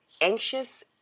anxious